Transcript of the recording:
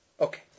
Okay